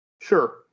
Sure